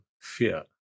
fear